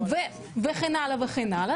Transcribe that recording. וכן הלאה וכן הלאה.